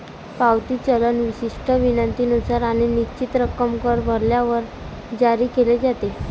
पावती चलन विशिष्ट विनंतीनुसार आणि निश्चित रक्कम कर भरल्यावर जारी केले जाते